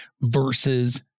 versus